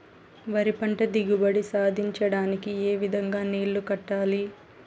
వరి పంట దిగుబడి సాధించడానికి, ఏ విధంగా నీళ్లు కట్టాలి?